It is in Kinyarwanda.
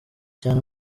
cyane